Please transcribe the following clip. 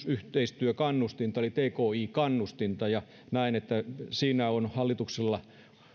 yhteistyökannustinta eli tki kannustinta siinä on hallituksella